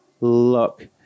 look